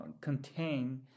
contain